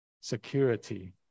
security